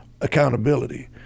Accountability